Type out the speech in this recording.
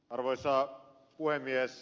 arvoisa puhemies